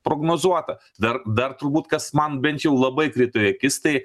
prognozuota dar dar turbūt kas man bent jau labai krito į akis tai